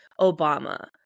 Obama